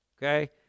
Okay